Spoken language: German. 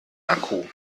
akku